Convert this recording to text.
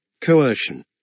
coercion